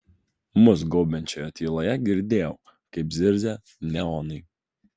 mus gaubiančioje tyloje girdėjau kaip zirzia neonai